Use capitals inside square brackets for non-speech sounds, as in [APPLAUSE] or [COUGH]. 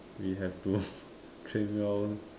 we have to [LAUGHS] train well